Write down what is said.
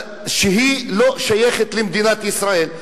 שהיא לא שייכת למדינת ישראל.